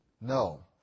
No